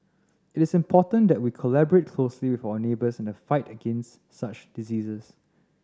it is important that we collaborate closely with our neighbours in the fight against such diseases